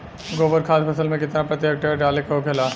गोबर खाद फसल में कितना प्रति हेक्टेयर डाले के होखेला?